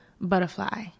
butterfly